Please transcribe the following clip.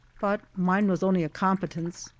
but mine was only a competence,